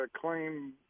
claim